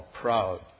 proud